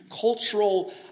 cultural